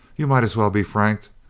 you might as well be frank.